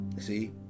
See